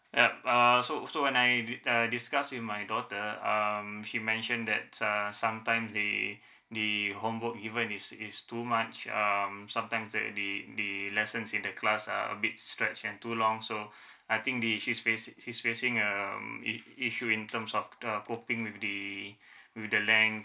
yup uh so so when I di~ uh discuss with my daughter um she mentioned that uh sometime the the homework given is is too much um sometimes that the the lessons in the class are a bit stretch and too long so I think the she's face she's facing um if if you in terms of the coping with the with the length